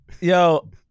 yo